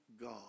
God